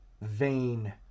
vain